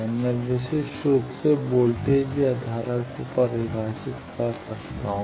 मैं विशिष्ट रूप से वोल्टेज या धारा को परिभाषित कर सकता हूं